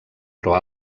però